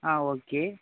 ஆ okay